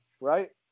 right